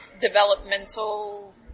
developmental